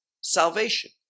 salvation